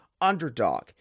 underdog